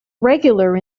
regular